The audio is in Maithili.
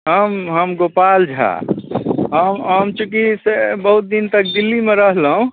हम हम गोपाल झा हम चूँकि बहुत दिन तक दिल्लीमे रहलहुँ